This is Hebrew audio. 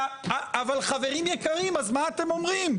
אבל חברים יקרים, אז מה אתם אומרים?